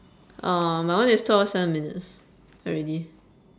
orh my one is two hours seven minutes already